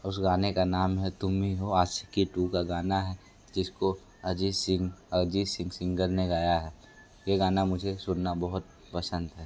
उस गाने का नाम है तुम ही हो आशिक़ी टू का गाना है जिसको अजीत सिंह अरिजीत सिंह सिंगर ने गाया है ये गाना मुझे सुनना बहुत पसंद है